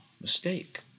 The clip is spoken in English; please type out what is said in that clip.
mistake